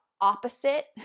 opposite